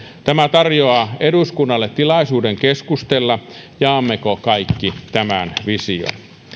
tämä tarjoaa eduskunnalle tilaisuuden keskustella siitä jaammeko kaikki tämän vision